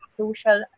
social